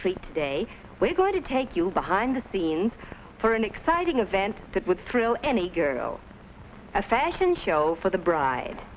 treat today we're going to take you behind the scenes for an exciting event that would thrill any girl a fashion show for the bride